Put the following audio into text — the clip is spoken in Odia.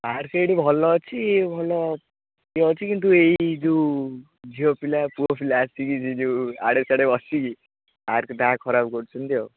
ପାର୍କ ଏଠି ଭଲ ଅଛି ଭଲ ଅଛି କିନ୍ତୁ ଏଇ ଯେଉଁ ଝିଅ ପିଲା ପୁଅ ପିଲା ଆସିକି ଯେଉଁ ଇୟାଡ଼େ ସିୟାଡ଼େ ବସିକି ପାର୍କ ଯାହା ଖରାପ କରୁଛନ୍ତି ଆଉ